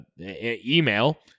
email